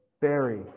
Barry